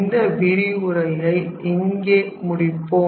இந்த விரிவுரையை இங்கே முடிப்போம்